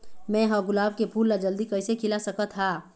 मैं ह गुलाब के फूल ला जल्दी कइसे खिला सकथ हा?